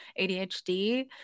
ADHD